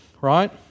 right